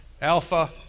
Alpha